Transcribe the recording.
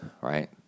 right